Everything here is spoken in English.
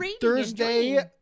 Thursday